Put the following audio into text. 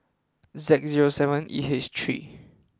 Z zero seven E H three